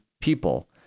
people